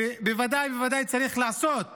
בוודאי ובוודאי צריך לעשות